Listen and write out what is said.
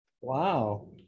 Wow